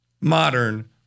modern